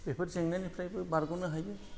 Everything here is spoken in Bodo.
बेफोर जेंनानिफ्रायबो बारग'नो हायो